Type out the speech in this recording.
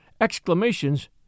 Exclamations